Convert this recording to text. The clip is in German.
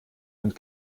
und